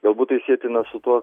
galbūt tai sietina su tuo